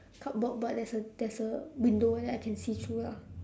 cupboard but there's a there's a window that I can see through ah